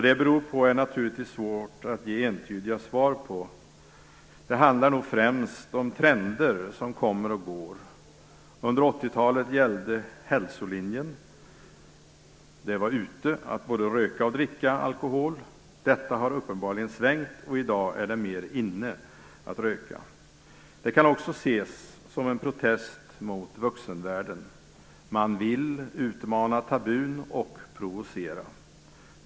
Det är naturligtvis svårt att ge entydiga svar på vad det beror på. Det handlar nog främst om trender som kommer och går. Under 80-talet gällde hälsolinjen. Det var ute att både röka och dricka alkohol. Detta har uppenbarligen svängt, och i dag är det mer inne att röka. Det kan också ses som en protest mot vuxenvärlden. Man vill utmana tabun och provocera.